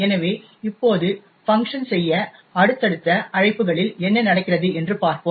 எனவே இப்போது Func செய்ய அடுத்தடுத்த அழைப்புகளில் என்ன நடக்கிறது என்று பார்ப்போம்